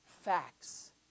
facts